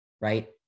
right